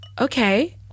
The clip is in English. okay